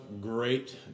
great